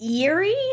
eerie